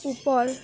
ওপৰ